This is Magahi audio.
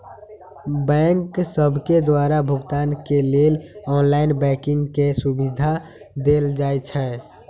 बैंक सभके द्वारा भुगतान के लेल ऑनलाइन बैंकिंग के सुभिधा देल जाइ छै